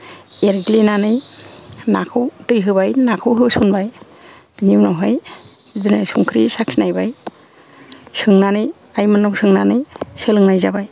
एरग्लिनानै नाखौ दै होबाय नाखौ होसनबाय बिनि उनावहाय बिदिनो संख्रि साखिनायबाय सोंनानै आइ मोन्नाव सोंनानै सोलोंनाय जाबाय